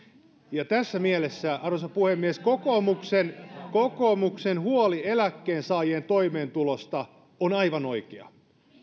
ja tässä mielessä arvoisa puhemies kokoomuksen kokoomuksen huoli eläkkeensaajien toimeentulosta on aivan oikea